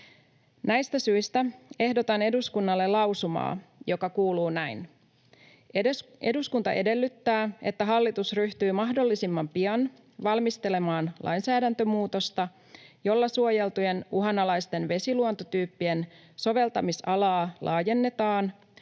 Näistä syistä ehdotan eduskunnalle lausumaa, joka kuuluu näin: ”Eduskunta edellyttää, että hallitus ryhtyy mahdollisimman pian valmistelemaan lainsäädäntömuutosta, jolla suojeltujen uhanalaisten vesiluontotyyppien soveltamisalaa laajennetaan